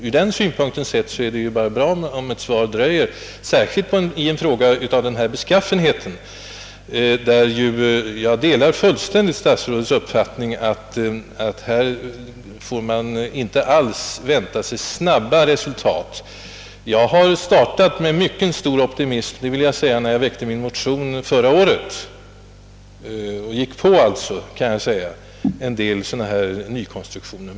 Ur den synpunkten kan det vara bra om ett svar dröjer, nämligen när det gäller en fråga av denna beskaffenhet berörande ett område, som är föremål för särskild forskning. Jag delar helt statsrådets uppfattning att man nog inte får vänta sig mycket snabba resultat. Jag startade för min del rätt optimistiskt när jag väckte min motion förra året och »gick på» en del nykonstruktioner.